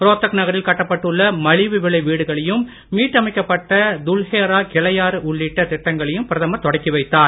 ரோத்தக் நகரில் கட்டப்பட்டுள்ள மலிவு விலை வீடுகளையும் மீட்டமைக்கப்பட்ட துல்ஹேரா கிளையாறு உள்ளிட்ட திட்டங்களையும் பிரதமர் தொடங்கி வைத்தார்